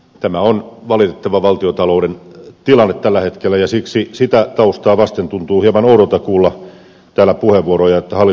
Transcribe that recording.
tämä on valitettava valtiontalouden tilanne tällä hetkellä ja sitä taustaa vasten tuntuu hieman oudolta kuulla täällä puheenvuoroja että hallitus on vaan säästänyt